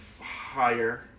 higher